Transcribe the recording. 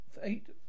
eight